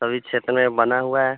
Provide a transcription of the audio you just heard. सभी क्षेत्र में बना हुआ है